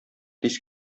тиз